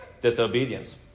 disobedience